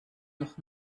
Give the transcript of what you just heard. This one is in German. noch